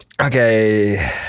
Okay